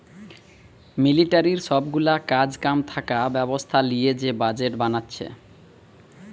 মিলিটারির সব গুলা কাজ কাম থাকা ব্যবস্থা লিয়ে যে বাজেট বানাচ্ছে